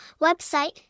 website